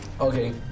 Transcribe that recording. Okay